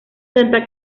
santa